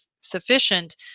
sufficient